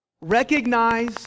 Recognize